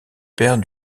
père